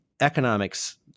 economics